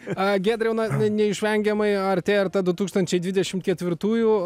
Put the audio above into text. a giedriau neišvengiamai artėja ta du tūkstančiai dvidešimt ketvirtųjų